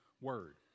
word